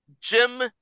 Jim